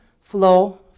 Flow